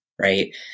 Right